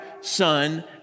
Son